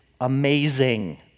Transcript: amazing